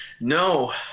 No